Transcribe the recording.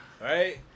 Right